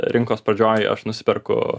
rinkos pradžioj aš nusiperku